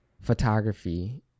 photography